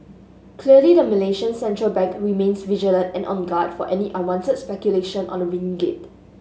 clearly the Malaysian central bank remains vigilant and on guard for any unwanted speculation on the ringgit